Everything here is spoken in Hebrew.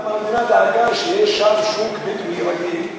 למה המדינה דאגה שיהיה שם שוק בדואי רגיל?